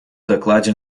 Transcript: докладе